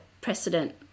precedent